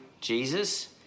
Jesus